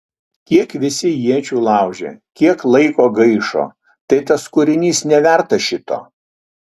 kiek visi iečių laužė kiek laiko gaišo tai tas kūrinys nevertas šito